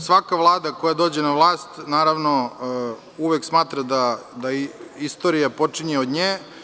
Svaka vlada koja dođe na vlast naravno uvek smatra da istorija počinje od nje.